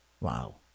wow